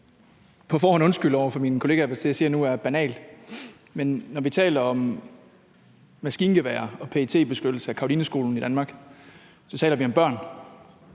på forhånd undskylde over for min kollega, hvis det, jeg siger nu, er banalt. Men når vi taler om maskingeværer og PET-beskyttelse af Carolineskolen i Danmark, taler vi om børn.